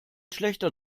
schlechter